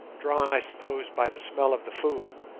drawn, i suppose, by the smell of the food,